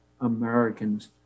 Americans